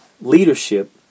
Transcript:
Leadership